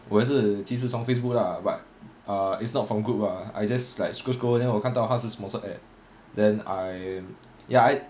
我也是其实从 Facebook lah but ah it's not from group ah I just like scroll scroll then 我看到什么是这个 ad then I ya I